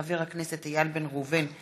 מאת חברי הכנסת איל בן ראובן,